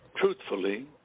truthfully